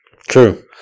True